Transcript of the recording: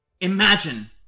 imagine